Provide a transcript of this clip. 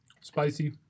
Spicy